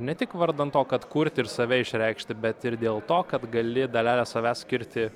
ne tik vardan to kad kurti ir save išreikšti bet ir dėl to kad gali dalelę savęs skirti